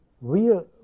real